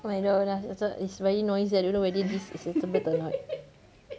I don't know lah it's very noisy I don't know whether this acceptable or not